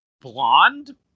blonde